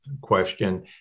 Question